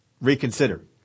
reconsider